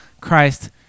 Christ